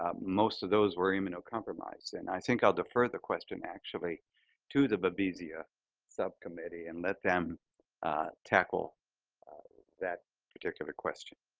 um most of those were immunocompromised. and i think i'll defer the question actually to the babesia subcommittee and let them tackle that particular question.